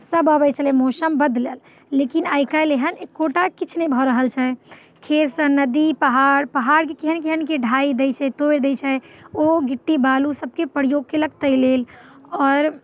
सभ अबैत छलै मौसम बदलल लेकिन आइ कल्हि एहन एकोटा किछु नहि भऽ रहल छै खेतसँ नदी पहाड़ पहाड़के केहन केहनके ढाइ दय छै तोड़ि दय छै ओ गिट्टी बालू सभके प्रयोग कयलक ताहि लेल आओर